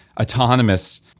autonomous